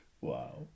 wow